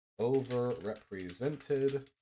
overrepresented